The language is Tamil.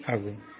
டி ஆகும்